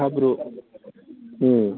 हाब्रु